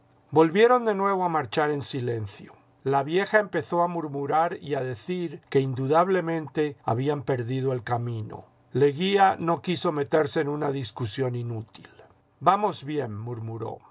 volvieron de nuevo a marchar en silencio la vieja empezó a murmurar y a decir que indudablemente habían perdido el camino leguía no quiso meterse en una discusión inútil vamos bien murmuró